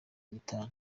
nitanu